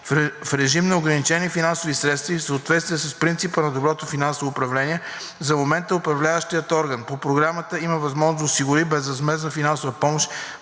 В режим на ограничени финансови средства и в съответствие с принципа на доброто финансово управление за момента Управляващият орган по Програмата има възможност да осигури безвъзмездна финансова помощ